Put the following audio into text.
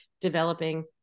developing